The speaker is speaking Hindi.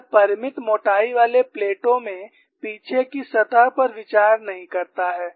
यह परिमित मोटाई वाली प्लेटों में पीछे की सतह पर विचार नहीं करता है